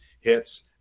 hits